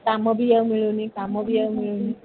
କାମ ବି ଆଉ ମିଳୁନି କାମ ବି ଆଉ ମିଳୁନି